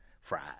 fried